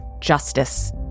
justice